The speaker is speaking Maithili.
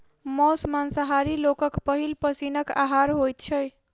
मौस मांसाहारी लोकक पहिल पसीनक आहार होइत छै